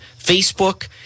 Facebook